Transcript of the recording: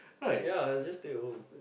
ya just stay at home